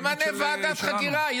תמנה ועדת חקירה.